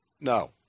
No